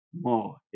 more